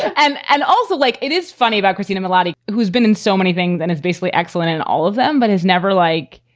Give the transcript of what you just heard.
and and also like it is funny about christina muladi, who's been in so many things and it's basically excellent and all of them. but he's never like.